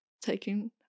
taking